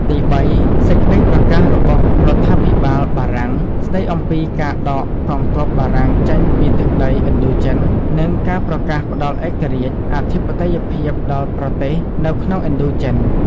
ទីបី សេចក្តីប្រកាសរបស់រដ្ឋាភិបាលបារាំង ស្តីអំពីការដកកងទ័ពបារាំងចេញពីទឹកដីឥណ្ឌូចិន និងការប្រកាសផ្តល់ឯករាជ្យ អធិបតេយ្យភាពដល់ប្រទេសនៅក្នុងឥណ្ឌូ ចិន។